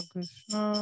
Krishna